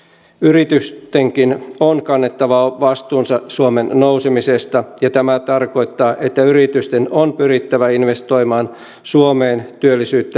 yritystenkin on kannettava vastuunsa suomen nousemisesta ja tämä tarkoittaa että yritysten on pyrittävä investoimaan suomeen työllisyyttä lisäävästi